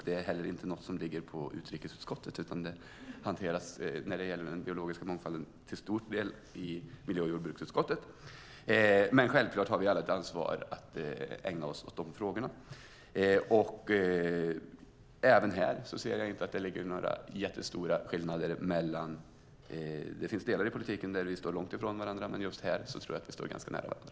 Det är inte heller något som ligger på utrikesutskottet, utan frågan om den biologiska mångfalden hanteras till stor del i miljö och jordbruksutskottet. Men självklart har vi alla ett ansvar att ägna oss åt dessa frågor. Inte heller här ser jag att det finns några jättestora skillnader mellan oss. Det finns delar i politiken där vi står långt ifrån varandra. Men just här tror jag att vi står ganska nära varandra.